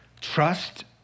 trust